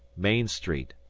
main street,